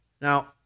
Now